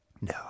No